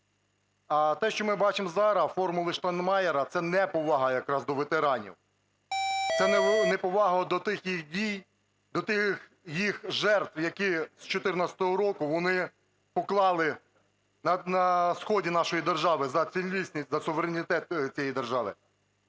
А те, що ми бачимо зараз – "формула Штайнмайєра", це неповага якраз до ветеранів, це неповага до тих їх дій... до тих їх жертв, які з 14-го року вони поклали на сході нашої держави за цілісність, за суверенітет цієї держави.